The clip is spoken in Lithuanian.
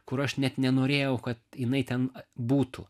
kur aš net nenorėjau kad jinai ten būtų